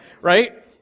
right